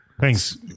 Thanks